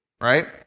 right